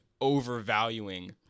overvaluing